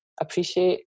appreciate